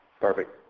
perfect